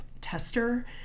tester